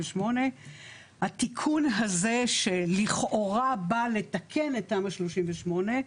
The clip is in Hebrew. התיקון זה שלכאורה בא לתקן את תמ"א 38,